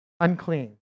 Unclean